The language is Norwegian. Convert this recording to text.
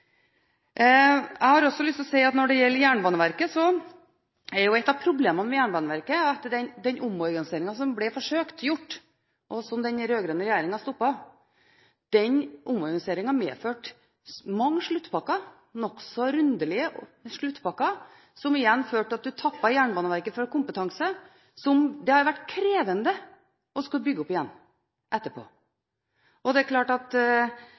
Jeg har også lyst til å si at når det gjelder Jernbaneverket, er jo et av problemene med Jernbaneverket at den omorganiseringen som ble forsøkt gjort, og som den rød-grønne regjeringen stoppet, medførte mange nokså rundelige sluttpakker som igjen førte til at man tappet Jernbaneverket for kompetanse som det har vært krevende å skulle bygge opp igjen etterpå. Det er klart at